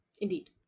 Indeed